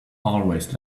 always